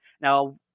now